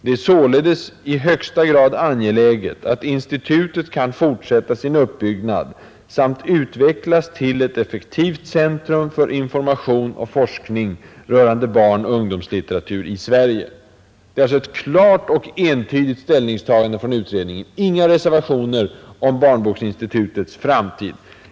Det är således i högsta grad angeläget att institutet kan fortsätta sin uppbyggnad samt utvecklas till ett effektivt centrum för information och forskning rörande barnoch ungdomslitteratur i Sverige.” 99 Det är alltså ett klart och entydigt ställningstagande från utredningens sida. Inga reservationer görs om Barnboksinstitutets framtid.